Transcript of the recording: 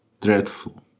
dreadful